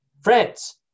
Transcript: friends